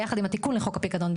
ביחד עם התיקון לחוק הפיקדון,